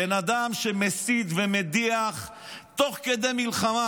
בן אדם שמסית ומדיח תוך כדי מלחמה.